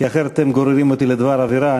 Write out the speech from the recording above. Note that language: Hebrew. כי אחרת הם גוררים אותי לדבר עבירה.